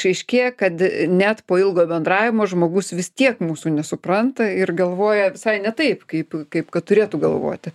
išaiškėja kad net po ilgo bendravimo žmogus vis tiek mūsų nesupranta ir galvoja visai ne taip kaip kaip kad turėtų galvoti